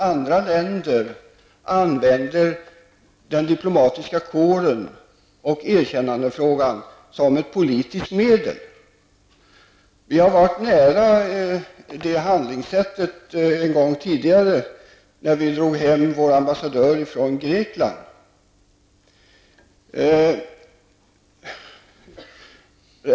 Andra länder använder den diplomatiska kåren och erkännandefrågan som ett politiskt medel. Vi har varit nära det handlingssättet en gång tidigare, nämligen när vi tog hem vår ambassadör från Grekland.